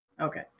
Okay